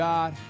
God